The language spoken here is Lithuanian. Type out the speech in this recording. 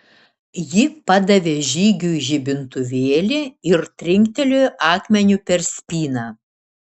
ji padavė žygiui žibintuvėlį ir trinktelėjo akmeniu per spyną